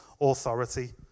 authority